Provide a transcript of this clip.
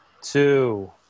Two